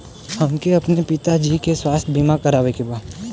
हमके अपने पिता जी के स्वास्थ्य बीमा करवावे के बा?